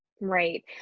Right